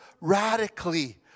radically